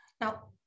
Now